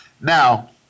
Now